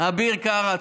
אביר קארה.